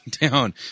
down